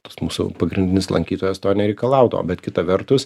tas mūsų pagrindinis lankytojas to nereikalaudavo bet kita vertus